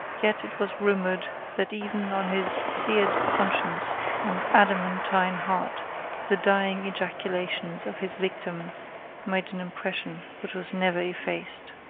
yet it was rumoured that even on his seared conscience and adamantine heart the dying ejaculations of his victim made an impression which was never effaced.